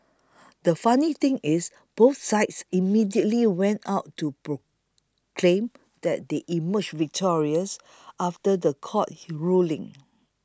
the funny thing is both sides immediately went out to proclaim that they emerged victorious after the court ruling